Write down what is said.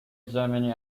gemini